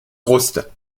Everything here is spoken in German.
kruste